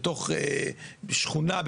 בתוך שכונה,